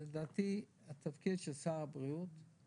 לדעתי התפקיד של שר הבריאות הוא